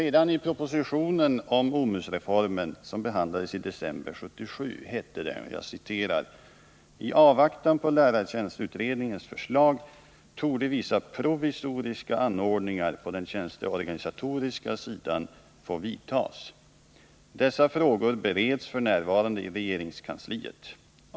Redan i propositionen om OMUS-reformen, som behandlades i december 1977, hette det: ”I avvaktan på lärartjänstutredningens förslag torde vissa provisoriska anordningar på den tjänsteorganisatoriska sidan få vidtas. Dessa frågor bereds f. n. i regeringskansliet.